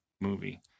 movie